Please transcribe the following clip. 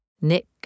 Nick